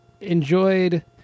enjoyed